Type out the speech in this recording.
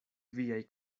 viaj